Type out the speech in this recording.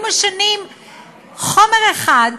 משנים חומר אחד,